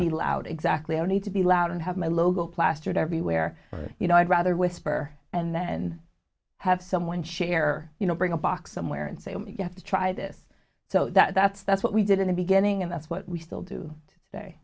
be loud exactly i need to be loud and have my logo plastered everywhere you know i'd rather whisper and then have someone share you know bring a box somewhere and say you have to try this so that's that's what we did in the beginning and that's what we still do